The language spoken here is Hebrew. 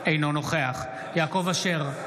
אינו נוכח יעקב אשר,